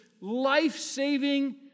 life-saving